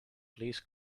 please